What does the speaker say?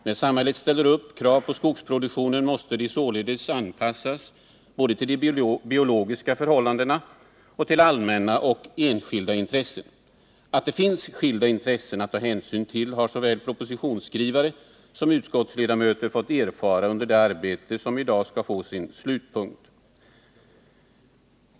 När samhället ställer krav på skogsproduktionen måste dessa således anpassas både till de biologiska förhållandena och till allmänna och enskilda intressen. Att det finns skilda intressen att ta hänsyn till har såväl propositionsskrivare som utskottsledamöter fått erfara under det arbete som i dag skall nå sin slutpunkt.